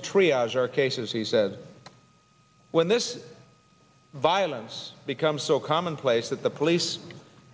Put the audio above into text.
trios our cases he says when this violence becomes so commonplace that the police